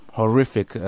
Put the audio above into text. horrific